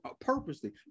purposely